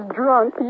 drunk